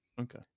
Okay